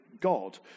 God